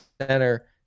center